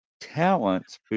talents